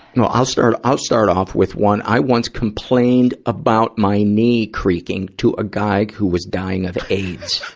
well, i'll start, i'll start off with one. i once complained about my knee creaking to a guy who was dying of aids.